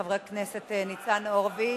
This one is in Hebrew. חבר הכנסת ניצן הורוביץ,